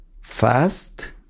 fast